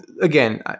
again